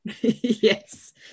yes